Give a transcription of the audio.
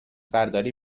برداری